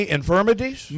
infirmities